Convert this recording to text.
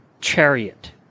chariot